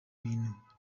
bintu